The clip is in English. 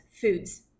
foods